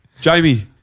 Jamie